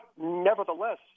nevertheless